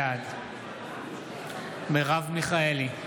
בעד מרב מיכאלי,